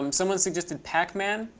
um someone suggested pac-man.